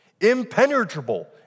impenetrable